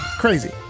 Crazy